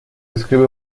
describe